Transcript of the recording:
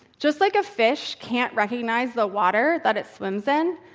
just like a fish can't recognize the water that it swims in,